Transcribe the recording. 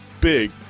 big